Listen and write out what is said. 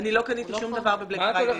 קניתי שום דבר ב-בלק פריידי.